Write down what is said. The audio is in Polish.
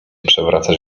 przewracać